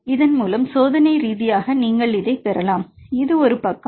எனவே சோதனை ரீதியாக நீங்கள் இதைப் பெறலாம் இது ஒரு பக்கம்